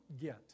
get